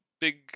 big